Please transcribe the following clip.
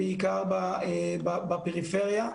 בעיקר בפריפריה.